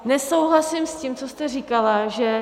Nesouhlasím s tím, co jste říkala, že...